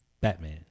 Batman